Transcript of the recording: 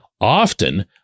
often